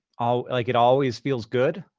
ah like it always feels good.